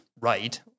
right